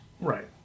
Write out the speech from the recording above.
Right